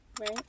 Right